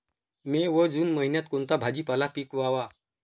मे व जून महिन्यात कोणता भाजीपाला पिकवावा?